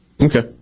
Okay